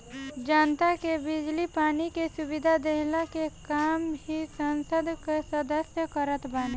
जनता के बिजली पानी के सुविधा देहला के काम भी संसद कअ सदस्य करत बाने